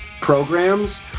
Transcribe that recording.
programs